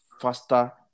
faster